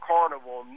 Carnival